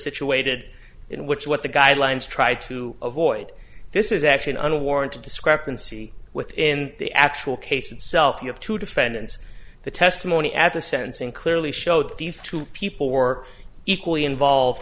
situated in which what the guidelines try to avoid this is actually an unwarranted discrepancy within the actual case itself you have two defendants the testimony at the sentencing clearly showed that these two people who are equally involved